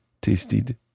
tasted